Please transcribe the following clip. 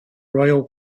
royal